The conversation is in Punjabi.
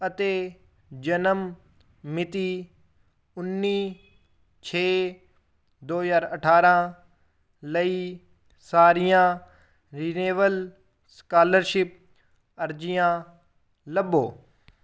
ਅਤੇ ਜਨਮ ਮਿਤੀ ਉੱਨੀ ਛੇ ਦੋ ਹਜ਼ਾਰ ਅਠਾਰ੍ਹਾਂ ਲਈ ਸਾਰੀਆਂ ਰਿਨਿਵੇਲ ਸਕਾਲਰਸ਼ਿਪ ਅਰਜੀਆਂ ਲੱਭੋ